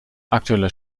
aktueller